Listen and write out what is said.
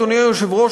אדוני היושב-ראש,